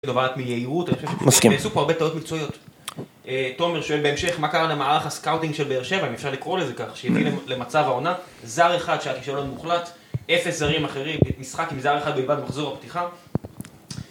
נובעת מיהירות, מסכים. אני חושב שהם עשו פה הרבה טעות מקצועיות. תומר שואל בהמשך, מה קרה למערך הסקאוטינג של באר שבע, אם אפשר לקרוא לזה ככה, שאיטי למצב העונה, זר אחד שהיה כישלון מוחלט, אפס זרים אחרים, משחק עם זר אחד בלבד מחזור הפתיחה.